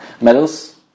medals